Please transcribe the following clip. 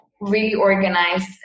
reorganized